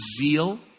zeal